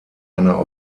einer